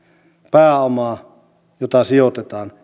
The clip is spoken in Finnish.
pääoma jota sijoitetaan